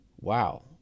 Wow